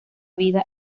vida